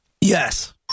Yes